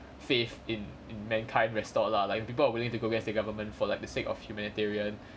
faith in mankind restored lah like people are willing to go against the government for the sake of humanitarian